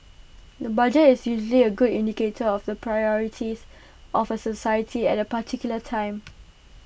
the budget is usually A good indicator of the priorities of A society at A particular time